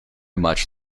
much